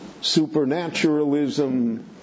supernaturalism